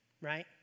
Right